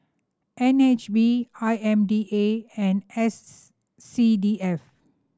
N H B I M D A and S C D F